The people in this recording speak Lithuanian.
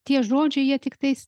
tie žodžiai jie tiktais